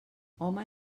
home